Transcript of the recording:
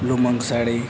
ᱞᱩᱢᱟᱹᱝ ᱥᱟᱹᱲᱤ